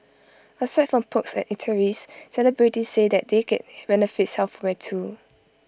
aside from perks at eateries celebrities say that they get benefits elsewhere too